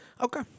Okay